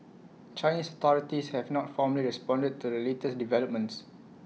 Chinese authorities have not formally responded to the latest developments